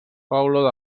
olor